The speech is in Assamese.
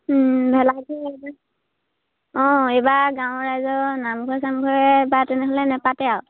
ভেলাঘৰ সাজিছে অঁ এইবাৰ গাঁৱৰ ৰাইজৰ নামঘৰে চামঘৰে বা তেনেহ'লে নেপাতে আৰু